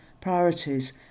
priorities